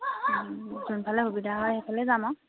যোনফালে সুবিধা হয় সেইফালে যাম আৰু